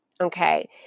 Okay